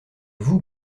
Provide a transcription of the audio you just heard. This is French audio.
vous